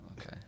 okay